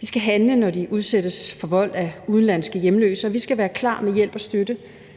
Vi skal handle, når de udsættes for vold af udenlandske hjemløse. Vi skal være klar med hjælp og støtte,